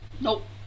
Nope